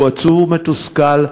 הוא עצוב ומתוסכל,